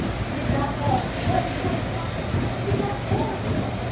she did not know what was going to happen she did not care, even.